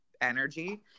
energy